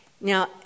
Now